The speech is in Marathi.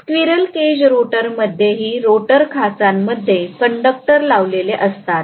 स्क्विरल केज रोटर मध्येही रोटर खाचामध्ये कंडक्टर लावलेले असतात